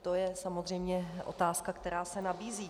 To je samozřejmě otázka, která se nabízí.